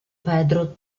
pedro